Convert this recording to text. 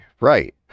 Right